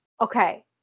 Okay